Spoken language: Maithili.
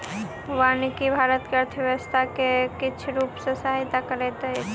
वानिकी भारत के अर्थव्यवस्था के किछ रूप सॅ सहायता करैत अछि